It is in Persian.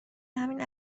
همین